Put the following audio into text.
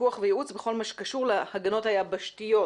פיקוח וייעוץ בכל מה שקשור להגנות היבשתיות